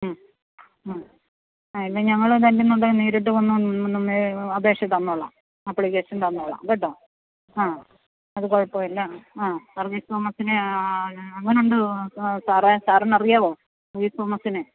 മ്മ് മ്മ് പിന്നെ ഞങ്ങള് അല്ലെന്ന് ഉണ്ടെങ്കിൽ നേരിട്ട് വന്ന് അപേക്ഷ തന്നുകൊള്ളാം അപ്പ്ളികേഷൻ തന്നുകൊള്ളാം കേട്ടോ ആ അത് കുഴപ്പമില്ല ആ വർഗീസ് തോമസിനെ എങ്ങനെ ഉണ്ട് സാറേ സാറിന് അറിയാവോ വർഗീസ് തോമസിനെ